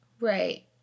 Right